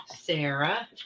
Sarah